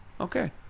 okay